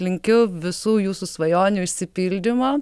linkiu visų jūsų svajonių išsipildymo